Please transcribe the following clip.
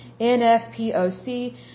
NFPOC